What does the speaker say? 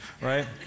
right